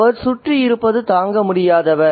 அவர் சுற்றி இருப்பது தாங்க முடியாதவர்